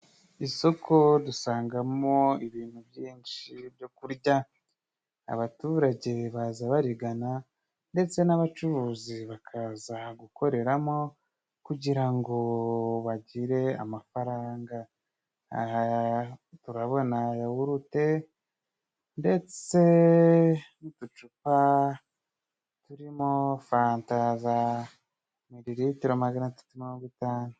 Isoko dusangamo ibintu byinshi byo kurya. Abaturage baza barigana ndetse n'abacuruzi bakaza gukoreramo, kugira ngo bagire amafaranga. Aha turabona yawurute ndetse n'uducupa turimo fanta za mirilitiro magana atatu na mirongo itanu.